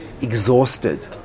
exhausted